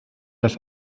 das